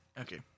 Okay